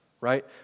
right